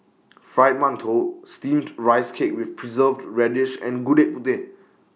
Fried mantou Steamed Rice Cake with Preserved Radish and Gudeg Putih